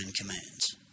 commands